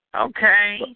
okay